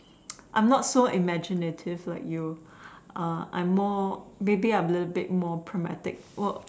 I am not so imaginative like you uh I am more maybe I am a bit more prismatic